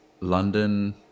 London